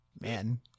Man